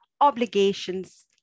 obligations